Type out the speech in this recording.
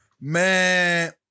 Man